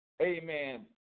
Amen